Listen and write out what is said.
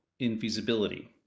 infeasibility